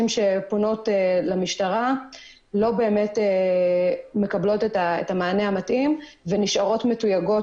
שפונות למשטרה לא באמת מקבלות את המענה המתאים נשארות מתויגות